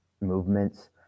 movements